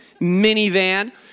minivan